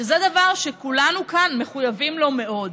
שזה דבר שכולנו כאן מחויבים לו מאוד.